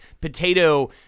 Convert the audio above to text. potato –